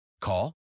Call